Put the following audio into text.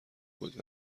بود